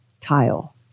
tile